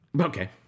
Okay